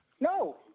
No